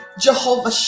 Jehovah